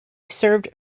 served